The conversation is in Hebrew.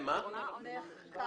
למה מחקר?